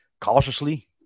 cautiously